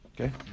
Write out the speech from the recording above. Okay